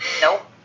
Nope